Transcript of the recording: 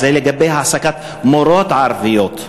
זה לגבי העסקת מורות ערביות.